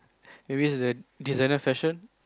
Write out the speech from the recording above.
maybe it's a designer fashion